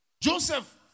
Joseph